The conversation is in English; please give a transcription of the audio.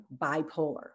bipolar